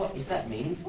is that